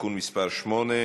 (תיקון מס' 8),